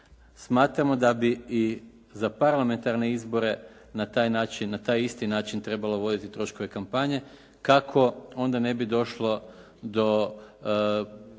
Smatramo da bi i za parlamentarne izbore na taj način, na taj isti način trebalo voditi troškove kampanje kako onda ne bi došlo do